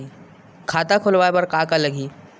खाता खुलवाय बर का का लगही?